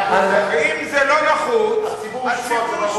ואם זה לא נחוץ, הציבור ישפוט.